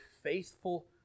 faithful